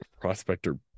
Prospector